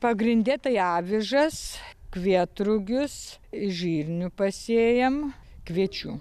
pagrinde tai avižas kvietrugius žirnių pasėjam kviečių